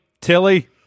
Tilly